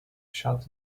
shouted